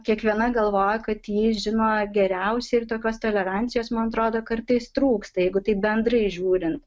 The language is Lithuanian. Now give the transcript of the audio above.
kiekviena galvoja kad ji žino geriausiai ir tokios tolerancijos man atrodo kartais trūksta jeigu tai bendrai žiūrint